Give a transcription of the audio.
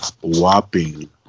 whopping